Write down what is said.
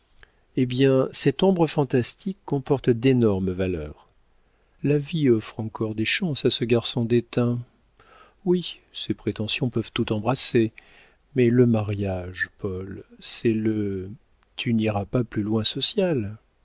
hé bien cette ombre fantastique comporte d'énormes valeurs la vie offre encore des chances à ce garçon déteint oui ses prétentions peuvent tout embrasser mais le mariage paul c'est le tu n'iras pas plus loin social